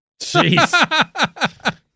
Jeez